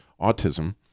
autism